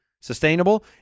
sustainable